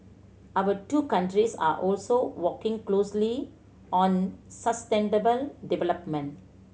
our two countries are also working closely on sustainable development